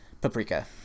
Paprika